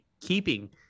keeping